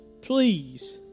please